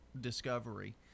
discovery